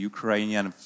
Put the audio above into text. Ukrainian